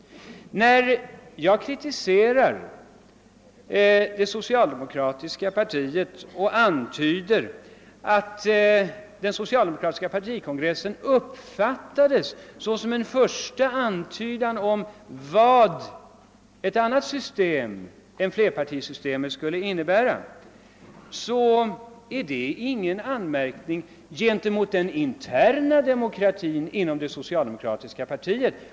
När jag kritiserade det socialdemokratiska partiet och sade att den socialdemokratiska partikongressen uppfattades såsom en första antydan om vad ett annat system än flerpartisystemet skulle innebära, var det ingen anmärkning mot den interna demokratin inom det socialdemokratiska partiet.